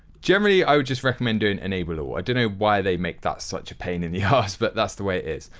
generally i would just recommend doing enable. i don't know why they make that such a pain in the ass, but that's the way it is.